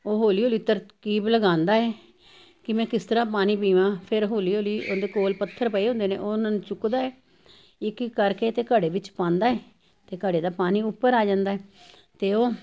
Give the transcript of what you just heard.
ਉਹ ਹੌਲੀ ਹੌਲੀ ਤਰਕੀਬ ਲਗਾਂਦਾ ਐ ਕੀ ਮੈਂ ਕਿਸ ਤਰ੍ਹਾਂ ਪਾਣੀ ਪੀਵਾਂ ਫੇਰ ਹੌਲੀ ਹੌਲੀ ਉਨ ਦੇ ਕੋਲ਼ ਪੱਥਰ ਪਏ ਹੁੰਦੇ ਨੇ ਉਹ ਉਨ੍ਹਾਂ ਨੂੰ ਚੁੱਕਦਾ ਐ ਇੱਕ ਇੱਕ ਕਰਕੇ ਤੇ ਘੜੇ ਵਿੱਚ ਪਾਂਦਾ ਐ ਤੇ ਘੜੇ ਦਾ ਪਾਣੀ ਉੱਪਰ ਆ ਜਾਂਦਾ ਐ ਤੇ ਉਹ